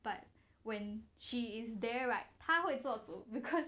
but when she is there like 他会做主 because